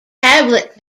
tablet